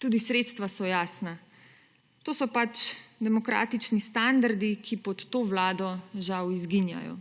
Tudi sredstva so jasna. To so demokratični standardi, ki pod to vlado žal izginjajo.